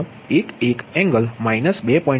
0011 angle minus 2